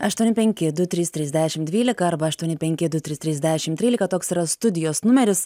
aštuoni penki du trys trys dešim dvylika arba aštuoni penki du trys trys dešim trylika toks yra studijos numeris